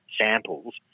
samples